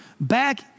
back